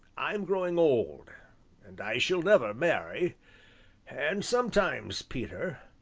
i'm growing old and i shall never marry and sometimes, peter,